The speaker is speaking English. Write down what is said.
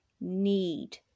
need